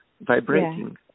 vibrating